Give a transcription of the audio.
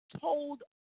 told